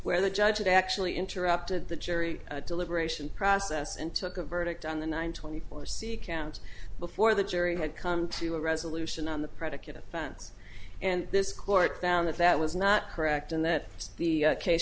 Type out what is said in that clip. where the judge actually interrupted the jury deliberation process and took a verdict on the nine twenty four c count before the jury had come to a resolution on the predicate offense and this court found that that was not correct and that the case